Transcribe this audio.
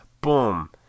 Boom